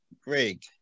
greg